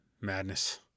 Madness